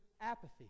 apathy